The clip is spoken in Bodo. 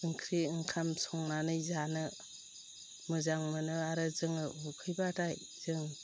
ओंख्रि ओंखाम संनानै जानो मोजां मोनो आरो जोङो उखैबाथाय जों